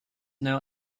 now